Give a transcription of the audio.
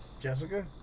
Jessica